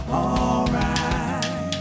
alright